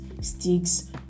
sticks